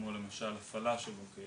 כמו למשל הפעלה של מוקד